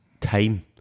Time